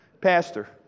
Pastor